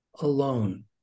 alone